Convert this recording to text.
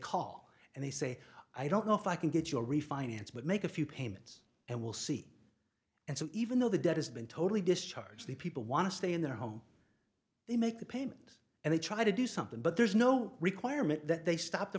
call and they say i don't know if i can get your refinance but make a few payments and we'll see and so even though the debt has been totally discharged the people want to stay in their home they make the payment and they try to do something but there's no requirement that they stop the